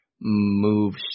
moves